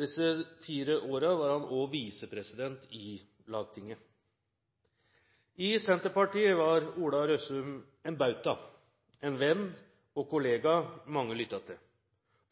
Disse fire årene var han også visepresident i Lagtinget. I Senterpartiet var Ola Røssum en bauta, en venn og kollega mange lyttet til.